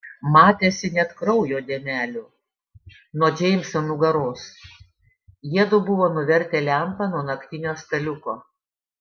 matėsi net kraujo dėmelių nuo džeimso nugaros jiedu buvo nuvertę lempą nuo naktinio staliuko